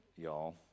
y'all